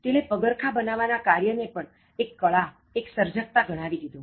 તેણે પગરખાં બનાવવાના કાર્યને પણ એક કલા એક સર્જકતા ગણાવી દીધું